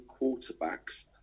quarterbacks